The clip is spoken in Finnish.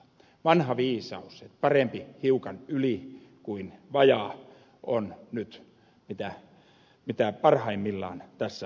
vanha viisaus parempi hiukan yli kuin vajaa on nyt mitä parhaimmillaan tässä asiassa